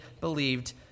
believed